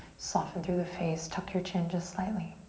soften through the face, tuck your chin just slightly.